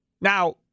Now